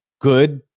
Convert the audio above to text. good